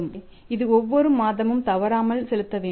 எனவே இது ஒவ்வொரு மாதமும் தவறாமல் செலுத்த வேண்டும்